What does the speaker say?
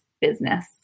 business